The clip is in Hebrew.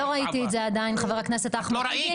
לא ראיתי את זה עדיין, חבר הכנסת אחמד טיבי.